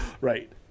Right